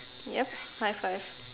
yup high five